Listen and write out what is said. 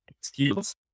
skills